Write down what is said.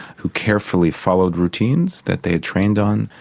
who carefully followed routines that they'd trained on,